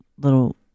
little